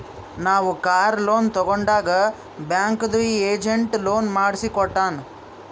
ನಾವ್ car loan ತಗೊಂಡಾಗ್ ಬ್ಯಾಂಕ್ದು ಏಜೆಂಟ್ ಲೋನ್ ಮಾಡ್ಸಿ ಕೊಟ್ಟಾನ್